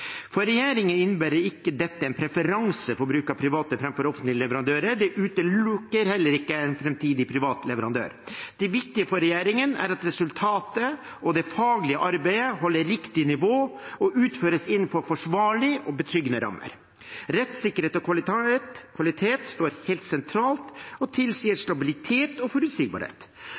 For regjeringen innebærer ikke dette en preferanse for bruk av private framfor offentlige leverandører. Det utelukker heller ikke en framtidig privat leverandør. Det viktige for regjeringen er at resultatet og det faglige arbeidet holder riktig nivå og utføres innenfor forsvarlige og betryggende rammer. Rettssikkerhet og kvalitet står helt sentralt og tilsier stabilitet og forutsigbarhet.